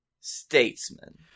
Statesman